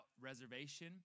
reservation